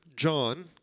John